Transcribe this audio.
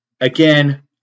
Again